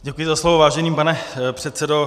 Děkuji za slovo, vážený pane předsedo.